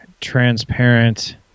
transparent